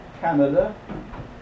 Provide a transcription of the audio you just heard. Canada